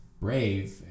brave